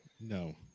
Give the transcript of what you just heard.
No